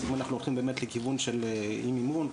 אז אם אנחנו באמת הולכים לכיוון של אי מימון,